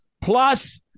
Plus